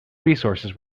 resources